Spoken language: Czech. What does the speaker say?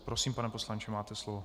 Prosím, pan poslanče, máte slovo.